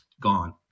gone